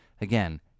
Again